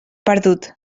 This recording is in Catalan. perdut